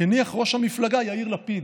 הניח ראש המפלגה יאיר לפיד.